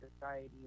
society